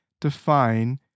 define